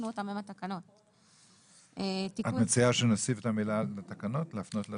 את מציעה שנוסיף את המילה להפנות לתקנות?